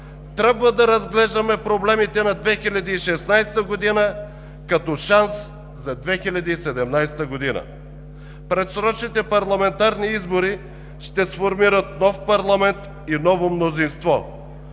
трябва да разглеждаме проблемите на 2016 г. като шанс за 2017 г. (Шум и реплики.) Предсрочните парламентарни избори ще сформират нов парламент и ново мнозинство.